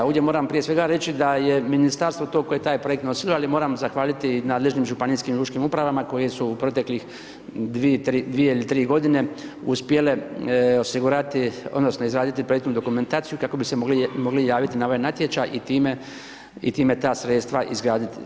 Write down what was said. Ovdje moram prije svega reći da je ministarstvo to koje je taj projekt nosilo, ali moram zahvaliti i nadležnim županijskim lučkim upravama koje su u proteklih 2 ili 3 godine uspjele osigurati odnosno izraditi projektnu dokumentaciju kako bi se mogli javiti na ovaj natječaj i time ta sredstva izgraditi.